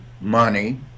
money